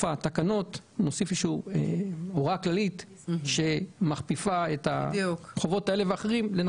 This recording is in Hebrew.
התקנות נוסיף איזושהי הוראה כללית שמכפיפה את החובות האלה והאחרים.